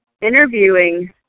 interviewing